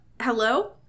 hello